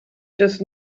just